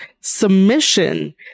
submission